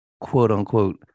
quote-unquote